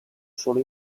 solo